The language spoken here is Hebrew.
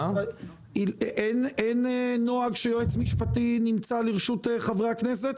אין נוהג שיועץ משפטי נמצא לרשות חברי הכנסת?